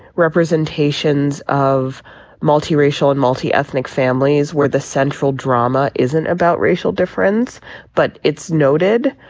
representations of multiracial and multiethnic families where the central drama isn't about racial difference but it's noted.